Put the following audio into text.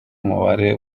umubare